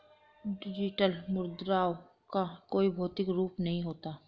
digital मुद्राओं का कोई भौतिक रूप नहीं होता